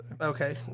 Okay